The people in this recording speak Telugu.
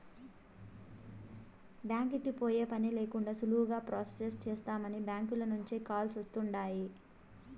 బ్యాంకీకి పోయే పనే లేకండా సులువుగా ప్రొసెస్ చేస్తామని బ్యాంకీల నుంచే కాల్స్ వస్తుండాయ్